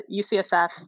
UCSF